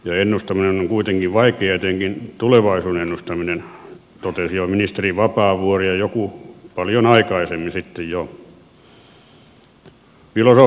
ennustaminen on kuitenkin vaikeaa etenkin tulevaisuuden ennustaminen totesi jo ministeri vapaavuori ja joku paljon aikaisemmin sitten jo